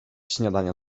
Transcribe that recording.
śniadania